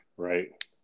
right